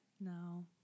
no